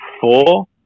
four